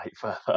further